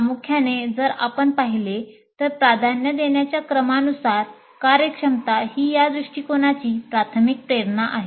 प्रामुख्याने जर आपण पाहिले तर प्राधान्य देण्याच्या क्रमानुसार कार्यक्षमता ही या दृष्टिकोनाची प्राथमिक प्रेरणा आहे